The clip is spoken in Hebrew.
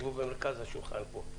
ישבו במרכז השולחן, פה.